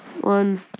one